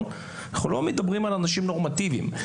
אנחנו לא מדברים על אנשים נורמטיביים.